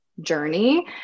journey